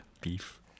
beef